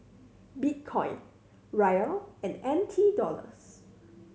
Bitcoin Riyal and N T Dollars